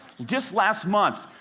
just last month,